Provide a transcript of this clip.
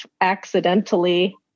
accidentally